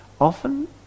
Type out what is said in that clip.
often